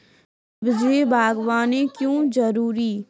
सब्जी बागवानी क्यो जरूरी?